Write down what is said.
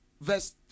Verse